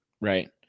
Right